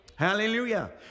Hallelujah